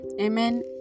Amen